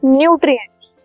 nutrients